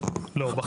לא.